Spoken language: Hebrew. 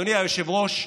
אדוני היושב-ראש,